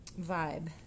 vibe